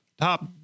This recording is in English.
top